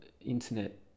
internet